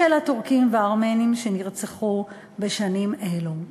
של הטורקים והארמנים שנרצחו בשנים אלו.